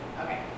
Okay